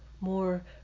more